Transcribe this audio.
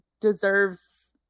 deserves